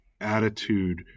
attitude